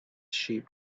sheep